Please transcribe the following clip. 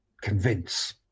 convince